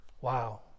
Wow